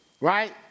Right